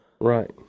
Right